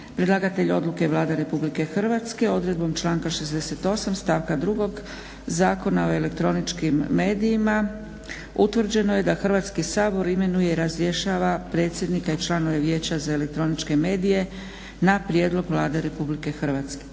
Predlagatelj odluke je Vlada RH. Odredbom članka 68.stavka 2 Zakona o elektroničkim medijima utvrđeno je da Hrvatski sabor imenuje, razjrešava predsjednika i članove vijeća za elektroničke medije na prijedlog Vlade Rh. Prijedlog akta